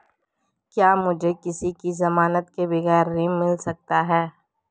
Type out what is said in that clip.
क्या मुझे किसी की ज़मानत के बगैर ऋण मिल सकता है?